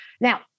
Now